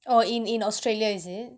oh in in australia is it